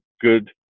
good